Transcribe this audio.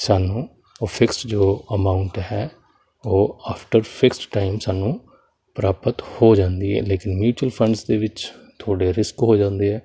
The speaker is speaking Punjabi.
ਸਾਨੂੰ ਫਿਕਸ ਜੋ ਅਮਾਊਂਟ ਹੈ ਉਹ ਆਫਟਰ ਫਿਕਸ ਟਾਈਮ ਸਾਨੂੰ ਪ੍ਰਾਪਤ ਹੋ ਜਾਂਦੀ ਹੈ ਲੇਕਿਨ ਮਯੂਚੁਅਲ ਫੰਡਸ ਦੇ ਵਿੱਚ ਤੁਹਾਡੇ ਰਿਸਕ ਹੋ ਜਾਂਦੇ ਆ